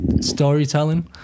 storytelling